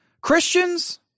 Christians